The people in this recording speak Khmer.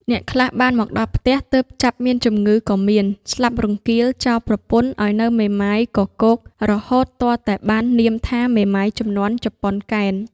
អ្នកខ្លះបានមកដល់ផ្ទះ ទើបចាប់មានជំងឺក៏មាន ស្លាប់រង្គាលចោលប្រពន្ធ ឲ្យនៅមេម៉ាយគគោក រហូតទាល់តែបាននាមថា "មេម៉ាយជំនាន់ជប៉ុនកេណ្ឌ"